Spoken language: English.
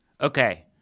Okay